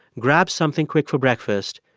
grabs something quick for breakfast,